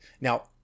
Now